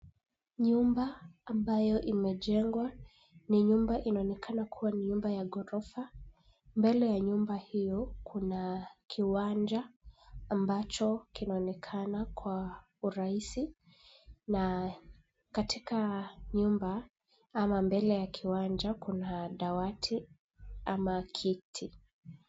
Nyumba ambayo imejengwa ni nyumba inaonekana kuwa ni nyumba ya ghorofa. Mbele ya nyumba hiyo kuna kiwanja ambacho kinaonekana kwa urahisi na katika nyumba ama mbele ya kiwanja kuna dawati ama kiti.